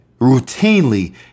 routinely